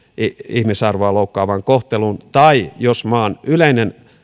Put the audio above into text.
ihmisarvoa loukkaavaan kohteluun tai jos maan yleinen